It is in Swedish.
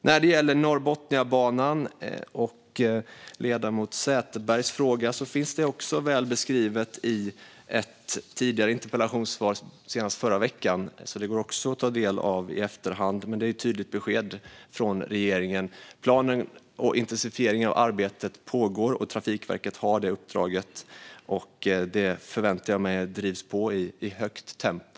När det gäller Norrbotniabanan och ledamoten Sätherbergs fråga finns den väl beskriven i ett interpellationssvar från förra veckan. Det går också att ta del av i efterhand. Regeringens besked är tydligt: Intensifieringen av arbetet pågår. Trafikverket har det uppdraget, och jag förväntar mig att arbetet bedrivs i högt tempo.